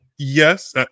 Yes